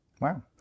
Wow